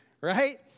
right